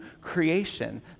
creation